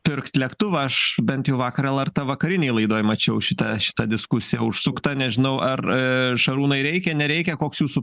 pirkt lėktuvą aš bent jau vakar lrt vakarinėj laidoj mačiau šitą šitą diskusiją užsuktą nežinau ar šarūnai reikia nereikia koks jūsų